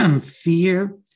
fear